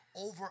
over